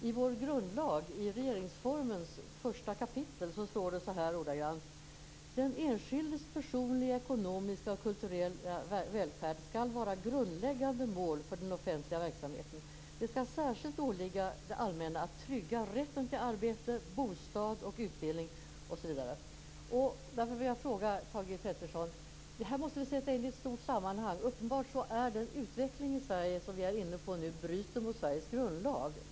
I vår grundlag, regeringsformens första kapitel, står det så här: "Den enskildes personliga, ekonomiska och kulturella välfärd skall vara grundläggande mål för den offentliga verksamheten. Det skall särskilt åligga det allmänna att trygga rätten till arbete, bostad och utbildning Det här måste vi sätta in i ett stort sammanhang. Det är uppenbart att den utveckling Sverige är inne i nu bryter mot Sveriges grundlag.